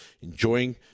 enjoying